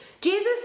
Jesus